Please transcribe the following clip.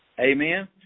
Amen